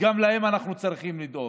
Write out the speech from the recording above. וגם להם אנחנו צריכים לדאוג.